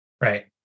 Right